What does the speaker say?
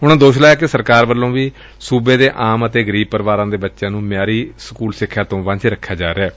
ਉਨੂਾ ਦੋਸ਼ ਲਾਇਆ ਕਿ ਸਰਕਾਰ ਵੱਲੋ ਵੀ ਸੂਬੇ ਦੇ ਆਮ ਅਤੇ ਗਰੀਬ ਪਰਿਵਾਰਾਂ ਦੇ ਬੱਚਿਆਂ ਨੁੰ ਮਿਆਰੀ ਸਕੁਲ ਸਿੱਖਿਆ ਤੋਂ ਵਾਂਝਾ ਰੱਖਿਆ ਜਾ ਰਿਹੈ